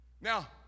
Now